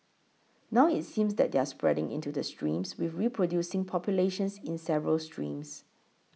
now it's seems that they're spreading into the streams with reproducing populations in several streams